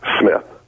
Smith